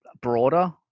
broader